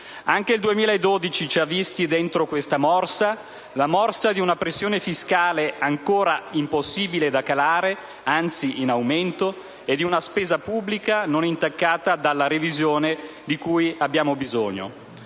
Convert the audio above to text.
Anche il 2012 ci ha visti dentro questa morsa, la morsa di una pressione fiscale ancora impossibile da calare, anzi in aumento, e di una spesa pubblica non intaccata dalla revisione di cui abbiamo bisogno.